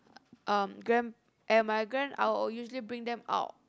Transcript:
um grand and my grand I will usually bring them out